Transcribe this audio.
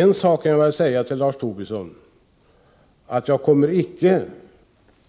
En sak kan jag väl säga till Lars Tobisson: Jag kommer inte